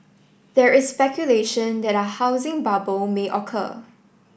there is speculation that a housing bubble may occur